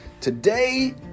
today